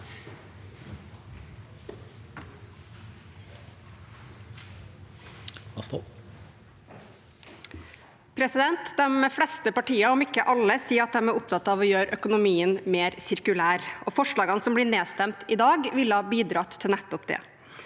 De fleste partiene – om ikke alle – sier at de er opptatt av å gjøre økonomien mer sirkulær, og forslagene som blir nedstemt i dag, ville ha bidratt til nettopp det.